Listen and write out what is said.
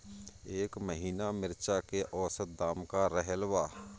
एह महीना मिर्चा के औसत दाम का रहल बा?